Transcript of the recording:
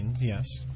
Yes